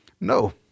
No